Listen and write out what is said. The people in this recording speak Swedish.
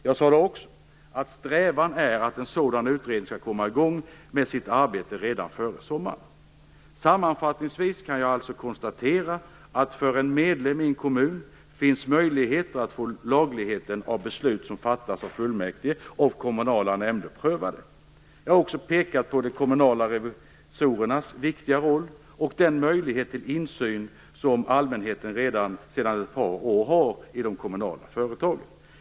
Jag sade också att strävan är att en sådan utredning skall kunna komma i gång med sitt arbete redan före sommaren. Sammanfattningsvis kan jag alltså konstatera att det för en medlem i en kommun finns möjligheter att få lagligheten av beslut som fattas av fullmäktige och av kommunala nämnder prövad. Jag har också pekat på de kommunala revisorernas viktiga roll och den möjlighet till insyn som allmänheten redan sedan ett par år har i de kommunala företagen.